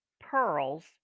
Pearls